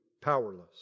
powerless